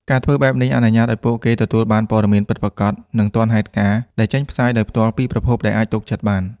ការធ្វើបែបនេះអនុញ្ញាតឲ្យពួកគេទទួលបាន ព័ត៌មានពិតប្រាកដ និងទាន់ហេតុការណ៍ ដែលចេញផ្សាយដោយផ្ទាល់ពីប្រភពដែលអាចទុកចិត្តបាន។